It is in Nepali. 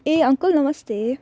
ए अङ्कल नमस्ते